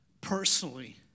personally